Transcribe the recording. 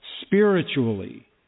spiritually